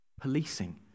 policing